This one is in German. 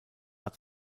hat